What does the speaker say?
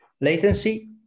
Latency